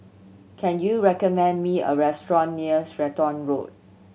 can you recommend me a restaurant near Stratton Road